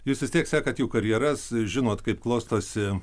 jūs vis tiek sekat jų karjeras žinot kaip klostosi